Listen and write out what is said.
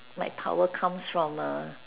my power comes from err